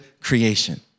creation